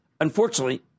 Unfortunately